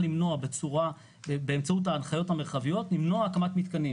למנוע באמצעות ההנחיות המרחביות הקמת מתקנים.